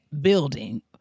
building